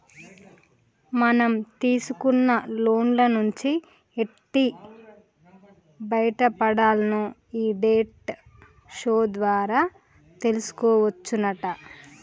మనం తీసుకున్న లోన్ల నుంచి ఎట్టి బయటపడాల్నో ఈ డెట్ షో ద్వారా తెలుసుకోవచ్చునట